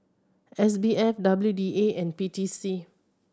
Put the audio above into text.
S B F W D A and P T C